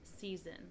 season